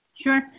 Sure